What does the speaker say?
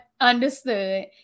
Understood